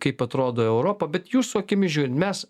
kaip atrodo europa bet jūsų akimis žiūri mes